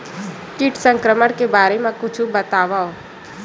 कीट संक्रमण के बारे म कुछु बतावव?